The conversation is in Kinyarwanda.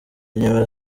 inyuma